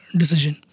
decision